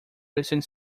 recent